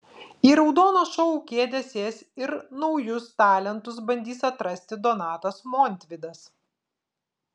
į raudoną šou kėdę sės ir naujus talentus bandys atrasti donatas montvydas